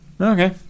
Okay